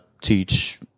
teach